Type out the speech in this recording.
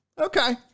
Okay